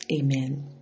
amen